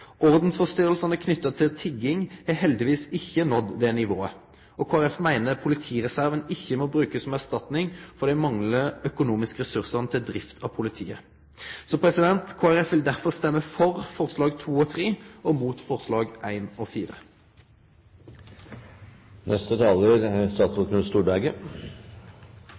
til tigging har heldigvis ikkje nådd det nivået. Kristeleg Folkeparti meiner politireserven ikkje må brukast som erstatning for dei manglande økonomiske ressursane til drift av politiet. Kristeleg Folkeparti vil derfor stemme for forslaga nr. 2 og 3 og mot forslaga nr. 1 og